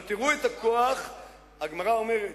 הגמרא אומרת: